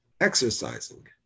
exercising